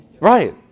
Right